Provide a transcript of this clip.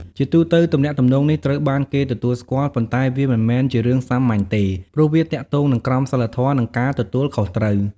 ជាទូទៅ ទំនាក់ទំនងនេះត្រូវបានគេទទួលស្គាល់ ប៉ុន្តែវាមិនមែនជារឿងសាមញ្ញទេ ព្រោះវាទាក់ទងនឹងក្រមសីលធម៌ និងការទទួលខុសត្រូវ។